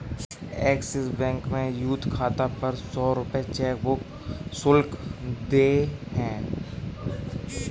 axis Bank में youth खाता पर सौ रूपये चेकबुक शुल्क देय है